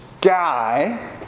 guy